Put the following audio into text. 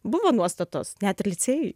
buvo nuostatos net ir licėjuj